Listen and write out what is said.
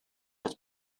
fod